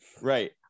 Right